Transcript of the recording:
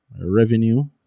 revenue